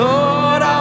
Lord